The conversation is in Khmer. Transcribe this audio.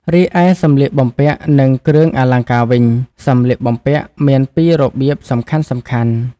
រីឯសម្លៀកបំពាក់ និងគ្រឿងអលង្ការវិញ សម្លៀកបំពាក់មាន ពីររបៀបសំខាន់ៗ ។